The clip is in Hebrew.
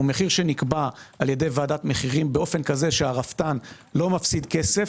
הוא מחיר שנקבע על ידי ועדת מחירים באופן כזה שהרפתן לא מפסיד כסף.